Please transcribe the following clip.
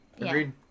agreed